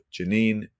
Janine